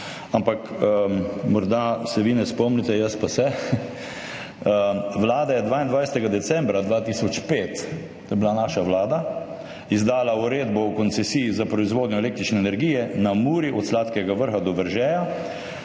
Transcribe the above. ampak morda se vi ne spomnite, jaz pa se, Vlada je 22. decembra 2005, to je bila naša vlada, izdala uredbo o koncesiji za proizvodnjo električne energije na Muri od Sladkega Vrha do Veržeja.